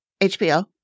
HBO